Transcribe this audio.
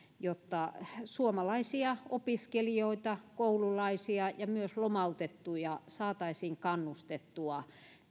jotta suomalaisia opiskelijoita koululaisia ja myös lomautettuja saataisiin kannustettua